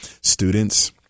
students